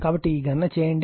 కాబట్టి ఈ గణనను చేయండి